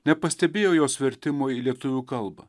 nepastebėjo jos vertimo į lietuvių kalbą